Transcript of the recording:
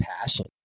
passion